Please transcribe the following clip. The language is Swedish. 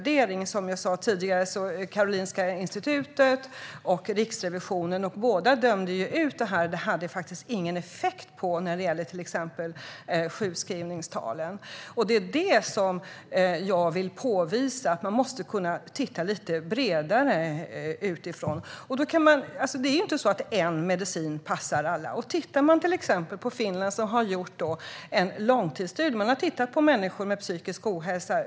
Detta dömde både Karolinska Institutet och Riksrevisionen ut och sa att detta inte hade någon effekt på sjukskrivningstalen. Det här är vad jag vill påvisa. Man måste titta lite bredare. En enda medicin passar inte alla. Man har i exempelvis Finland gjort en långtidsstudie då man över en tioårsperiod har tittat på människor med psykisk ohälsa.